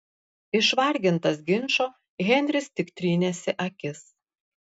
išvargintas ginčo henris tik trynėsi akis